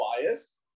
bias